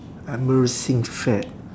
embarrassing fad